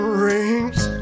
rings